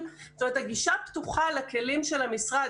הגישה פתוחה לכלים של המשרד,